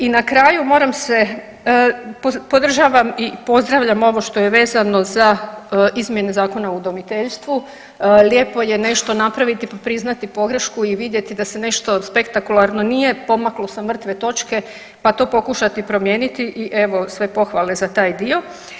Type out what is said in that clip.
I na kraju moram se, podržavam i pozdravljam ovo što je vezano za Izmjene zakona o udomiteljstvu, lijepo je nešto napraviti pa priznati pogrešku i vidjeti da se nešto spektakularno nije pomaklo sa mrtve točke, pa to pokušati promijeniti i evo sve pohvale za taj dio.